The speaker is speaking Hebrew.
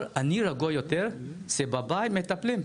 אבל עדיין אני רגוע יותר שבבית מטפלים.